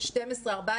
זה 12 14,